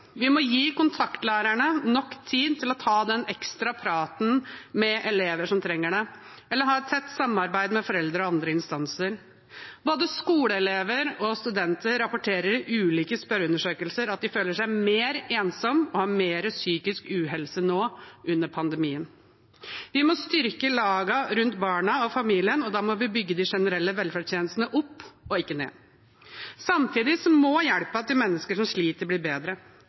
Vi må gi kontaktlærerne nok tid til å ta den ekstra praten med elever som trenger det, eller ha et tett samarbeid med foreldre og andre instanser. Både skoleelever og studenter rapporterer i ulike spørreundersøkelser at de føler seg mer ensomme og har mer psykisk uhelse nå under pandemien. Vi må styrke lagene rundt barna og familien, og da må vi bygge de generelle velferdstjenestene opp, og ikke ned. Samtidig må hjelpen til mennesker som sliter, bli bedre.